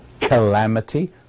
calamity